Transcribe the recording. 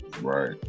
Right